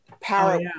power